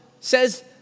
says